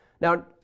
Now